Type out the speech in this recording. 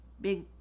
big